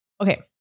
Okay